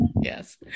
Yes